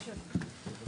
מבקש להתייחס.